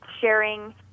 sharing